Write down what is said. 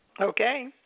Okay